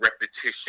repetition